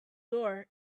door